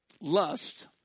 lust